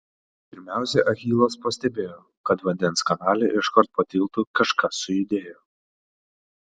pirmiausia achilas pastebėjo kad vandens kanale iškart po tiltu kažkas sujudėjo